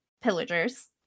pillagers